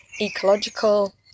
ecological